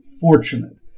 fortunate